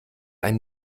ein